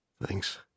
Thanks